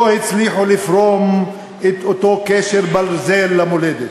לא הצליחו לפרום את אותו קשר ברזל למולדת.